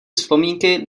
vzpomínky